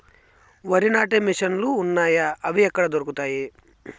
వరి నాటే మిషన్ ను లు వున్నాయా? అవి ఎక్కడ దొరుకుతాయి?